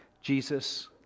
Jesus